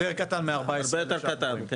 הרבה יותר קטן.